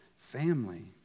family